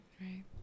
right